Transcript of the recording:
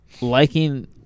liking